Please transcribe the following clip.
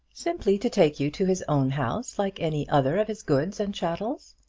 simply to take you to his own house, like any other of his goods and chattels.